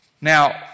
Now